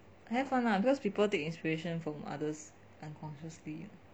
have [one] lah because people take inspiration from others unconsciously